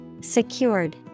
Secured